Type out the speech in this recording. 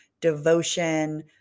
devotion